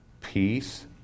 peace